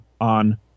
on